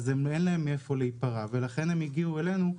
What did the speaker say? אז אין להם מאיפה להיפרע, ולכן הם הגיעו אלינו.